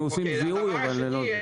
הדבר השני,